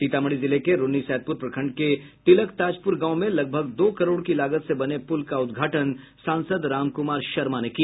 सीतामढ़ी जिले के रुन्नीसैदपुर प्रखंड के तिलक ताजपुर गांव में लगभग दो करोड़ की लागत से बने पुल का उद्घघाटन सांसद रामकुमार शर्मा ने किया